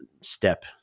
step